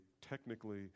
technically